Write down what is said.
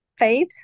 faves